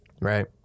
right